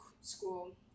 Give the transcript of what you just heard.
school